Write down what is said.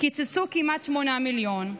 קיצצו כמעט 8 מיליון,